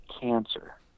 cancer